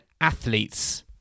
athletes